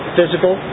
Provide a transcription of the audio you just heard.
physical